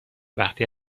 وقتی